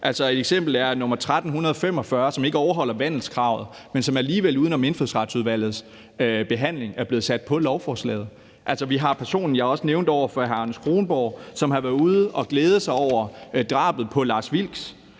Et eksempel er nr. 1.345, som ikke overholder vandelskravet, men som alligevel uden om Indfødsretsudvalgets behandling er blevet sat på lovforslaget. Vi har også den person, jeg nævnte over for hr. Anders Kronborg, som har været ude og glæde sig over drabet på Lars Vilks,